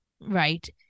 Right